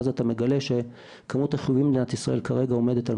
ואז אתה מגלה שכמות החיוביים במדינת ישראל כרגע עומדת על